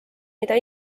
mida